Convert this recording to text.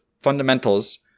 fundamentals